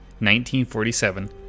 1947